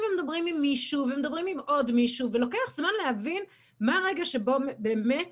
ומדברים עם מישהו ומדברים עם עוד מישהו ולוקח זמן להבין מה הרגע שבו באמת